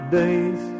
days